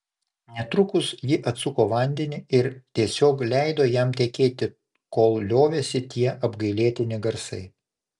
netrukus ji atsuko vandenį ir tiesiog leido jam tekėti kol liovėsi tie apgailėtini garsai